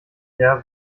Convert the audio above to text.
there